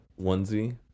onesie